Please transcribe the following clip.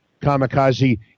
Kamikaze